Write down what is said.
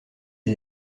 les